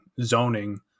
zoning